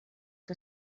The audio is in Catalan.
que